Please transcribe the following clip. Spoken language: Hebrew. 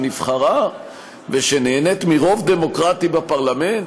שנבחרה ושנהנית מרוב דמוקרטי בפרלמנט,